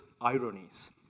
ironies